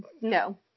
No